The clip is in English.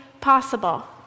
possible